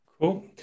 Cool